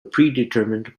predetermined